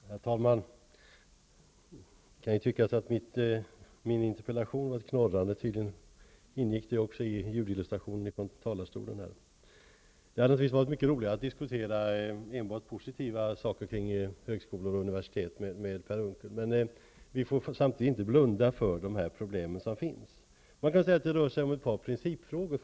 Herr talman! Det kan tyckas att min interpellation är ett knorrande. Men det ingick tydligen också en ljudillustration från talarstolen. Det hade naturligtvis varit roligare att diskutera enbart positiva frågor om högskolor och universitet med Per Unckel. Men vi får samtidigt inte blunda för de problem som finns. Den här diskussionen berör ett par principfrågor.